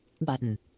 Button